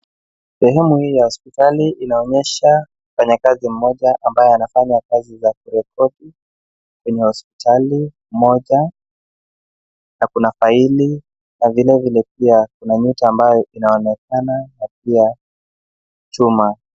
Sehemu hii ya hospitali inaonyesha mfanyakazi mmoja anayefanya kazi za kurekodi kwenye hospitali moja na kuna faili na vilevile pia kuna mtu ambaye inaonekana na pia chuma.